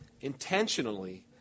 intentionally